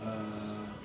err